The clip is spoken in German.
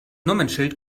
nummernschild